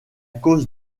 cause